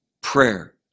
Prayer